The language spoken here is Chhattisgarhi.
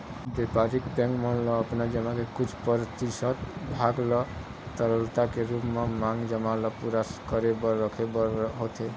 बेपारिक बेंक मन ल अपन जमा के कुछ परतिसत भाग ल तरलता के रुप म मांग जमा ल पुरा करे बर रखे बर होथे